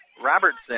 Robertson